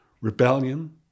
rebellion